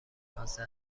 کاسه